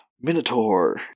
Minotaur